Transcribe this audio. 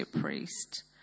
priest